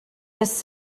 this